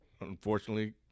unfortunately